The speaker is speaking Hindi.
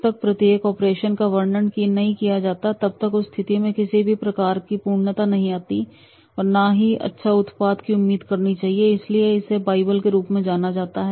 जब तक प्रत्येक ऑपरेशन का वर्णन नहीं किया जाता तब तक उस स्थिति में किसी भी प्रकार की पूर्णता नहीं आती और ना ही अच्छा उत्पाद की उम्मीद करनी चाहिए इसलिए इसे बाइबल के रूप में जाना जाता है